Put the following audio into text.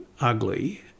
ugly